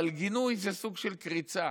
אבל גינוי זה סוג של קריצה: